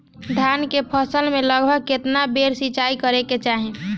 धान के फसल मे लगभग केतना बेर सिचाई करे के चाही?